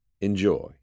enjoy